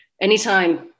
anytime